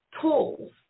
tools